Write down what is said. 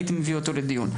הייתי מביא אותו לדיון,